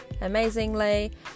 amazingly